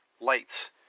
lights